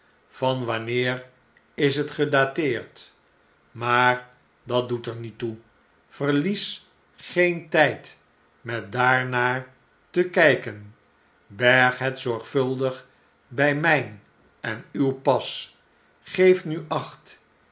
van wanneer is het gedateerd maar dat doet er niet toe verlies geen tjjd met daarnaar te kyken berg het zorgvuldig bij myn en uw pas geef nu acht